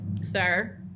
sir